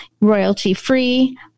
royalty-free